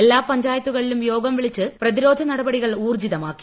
എല്ലാ പഞ്ചായത്തുകളിലും യോഗം വിളിച്ച് പ്രതിരോധ നടപടികൾ ഊർജിതമാക്കി